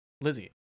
Lizzie